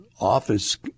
office